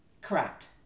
Correct